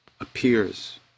appears